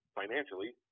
financially